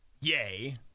yay